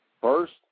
first